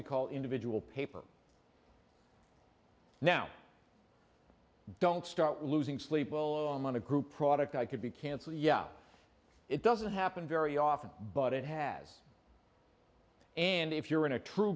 we call individual paper now don't start losing sleep well oh i'm on a group product i could be canceled yeah it doesn't happen very often but it has and if you're in a true